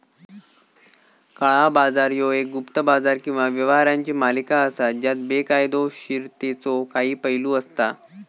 काळा बाजार ह्यो एक गुप्त बाजार किंवा व्यवहारांची मालिका असा ज्यात बेकायदोशीरतेचो काही पैलू असता